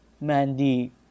Mandy